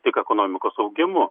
tik ekonomikos augimu